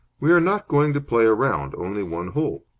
we are not going to play a round. only one hole.